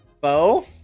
Bo